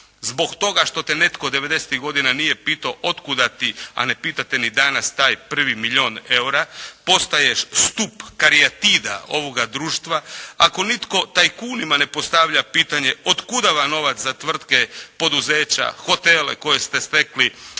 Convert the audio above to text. zbog toga što te netko 90-tih godina nije pitao od kuda ti, a ne pita te ni danas, taj prvi milijun eura, postaješ stup karijatida ovoga društva. Ako nitko tajkunima ne postavlja pitanje od kuda vam novac za tvrtke, poduzeća, hotele koje ste stekli